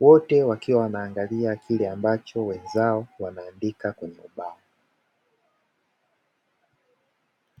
wote wakiwa wanaangalia kile ambacho wenzao wanaandika kwenye ubao.